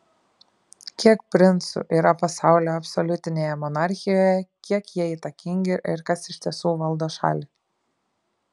kiek princų yra pasaulio absoliutinėje monarchijoje kiek jie įtakingi ir kas iš tiesų valdo šalį